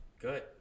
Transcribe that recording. good